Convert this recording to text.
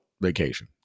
vacation